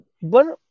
one